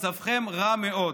מצבכם רע מאוד.